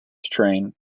train